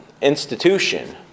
institution